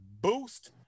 boost